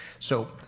so,